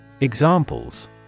Examples